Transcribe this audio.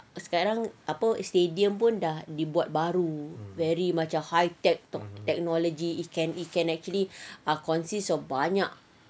sekarang apa stadium pun dah dibuat baru very macam high tech~ technology it can it can actually consist of banyak